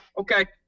Okay